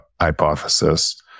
hypothesis